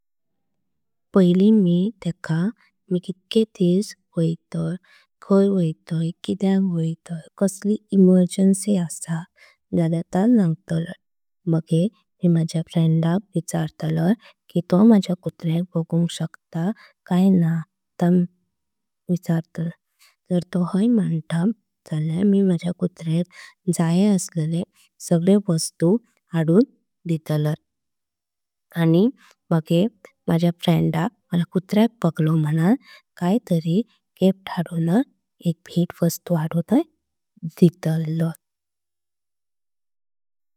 पहिल्ली मी तेक मे कित्ले दीस ना आनी खाय वायतान। आनी कितेक वायतान या सगळा सांगटलांय। मगर मी माझ्या फ्रेंड दाक विचारताल्या की तो माझ्या। कुत्र्याक बगुंक शकता गय म्हान तो जार आहे म्हांतात। झाल्या मगर मी तेक माझ्या कुत्र्याक जी वस्तु जाई। पडतां जसा की त्याचं जेवण खेळनी या सांगला हाडुं दिलांय। आनी मगर माझ्या फ्रेंड दाक मी भावंक वायताल्या। थयसुं कयाय भयत हाडुंक तेक दिलांय।